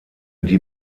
die